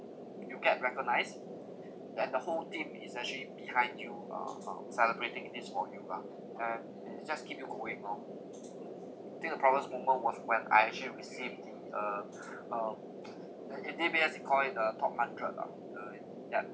you get recognised that the whole team is actually behind you uh uh celebrating this for you lah and it it just keep you going long till proudest moment was when I actually received the uh um the in D_B_S they call it uh top hundred lah the it yeah